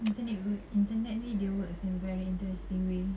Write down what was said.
internet internet ni they works in a very interesting way